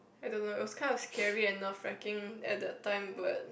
I don't know it was kind of scary and nerve wrecking at the time but